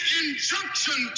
injunction